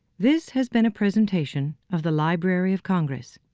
this has been a presentation of the library of congress.